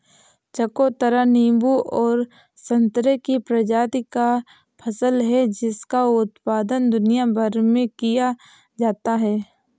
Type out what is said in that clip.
चकोतरा नींबू और संतरे की प्रजाति का फल है जिसका उत्पादन दुनिया भर में किया जाता है